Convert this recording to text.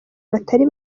batari